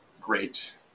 great